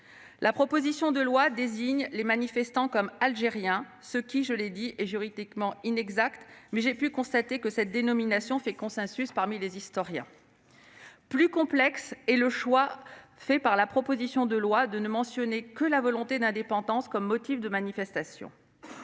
La proposition de loi désigne les manifestants comme Algériens, ce qui, je le répète, est juridiquement inexact, mais j'ai pu constater que cette dénomination fait consensus chez les historiens. Plus complexe est le choix retenu par les auteurs de la proposition de loi de ne mentionner que la volonté d'indépendance comme motif de la manifestation.